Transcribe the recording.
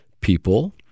people